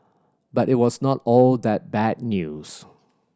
but it was not all that bad news